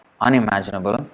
unimaginable